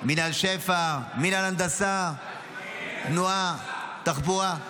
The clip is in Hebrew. מינהל שפ"ע, מינהל הנדסה, תנועה, תחבורה.